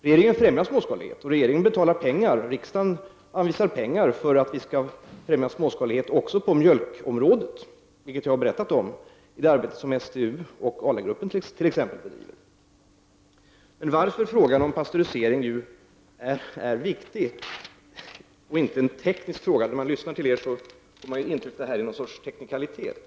Regeringen främjar småskalighet, och riksdagen anvisar pengar för att vi skall främja småskalighet också på mjölkproduktionsområdet, vilket jag har berättat om när jag nämnde det arbete som t.ex. STU och ALA-gruppen bedriver. Pastörisering är inte bara en teknisk fråga, men när man lyssnar på fråge ställarna får man intrycket att det skulle gälla något slags teknikalitet.